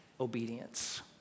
obedience